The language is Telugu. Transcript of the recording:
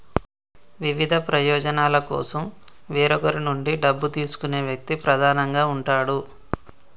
వివిధ ప్రయోజనాల కోసం వేరొకరి నుండి డబ్బు తీసుకునే వ్యక్తి ప్రధానంగా ఉంటాడు